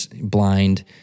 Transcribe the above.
blind